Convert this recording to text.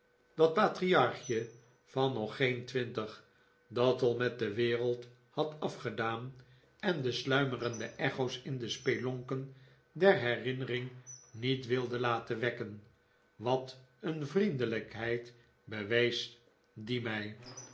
dat patriarchje van nog geen twintig dat al met de wereld had afgedaan en de sluimerende echo's in de spelonken der herinnering niet wilde laten wekken wat een vriendelijkheid bewees die mij